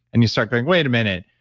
and you start going, wait a minute,